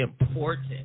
important